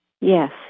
Yes